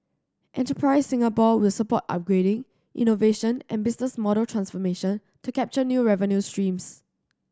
Enterprise Singapore will support upgrading innovation and business model transformation to capture new revenue streams